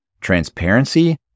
transparency